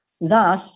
thus